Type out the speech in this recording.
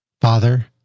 Father